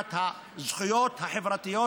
אמנת הזכויות החברתיות,